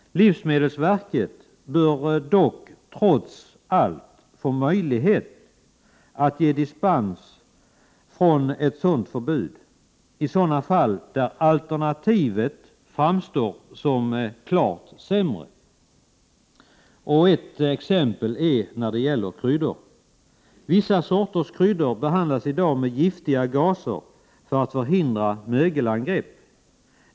Livsmedelsverket bör dock trots allt få möjlighet att ge dispens från ett sådant förbud i de fall där alternativet framstår som klart sämre. Ett exempel är kryddor. Vissa sorters kryddor behandlas i dag med giftiga gaser för att förhindra mögelangrepp.